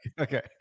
Okay